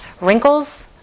wrinkles